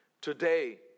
Today